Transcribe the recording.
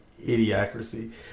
idiocracy